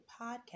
podcast